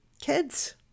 kids